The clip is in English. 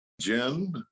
Jen